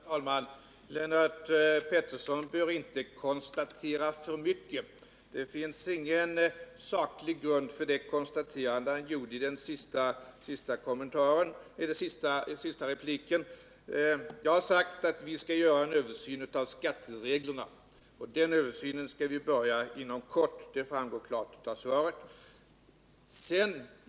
Herr talman! Lennart Pettersson bör inte konstatera för mycket. Det finns ingen saklig grund för det konstaterande som han gjorde i den senaste repliken. Jag har sagt att vi skall göra en översyn av skattereglerna. Den översynen skall påbörjas inom kort —det framgår klart av svaret.